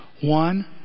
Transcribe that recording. One